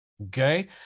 okay